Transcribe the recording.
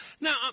Now